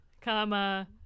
comma